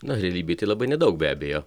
na realybėj tai labai nedaug be abejo